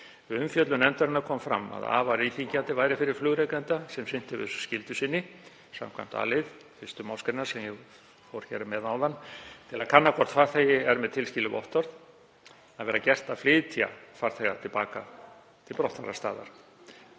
Við umfjöllun nefndarinnar kom fram að afar íþyngjandi væri fyrir flugrekanda sem sinnt hefur skyldu sinni samkvæmt a-lið 1. mgr., sem ég fór hér með áðan, til að kanna hvort farþegi er með tilskilið vottorð að vera gert að flytja farþega til baka til brottfararstaðar